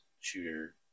shooter